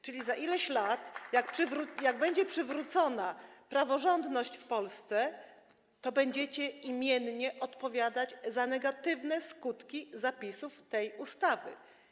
Czyli za ileś lat, jak będzie przywrócona praworządność w Polsce, to będziecie imiennie odpowiadać za negatywne skutki zapisów tej ustawy.